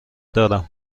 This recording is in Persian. دارم